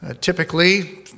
Typically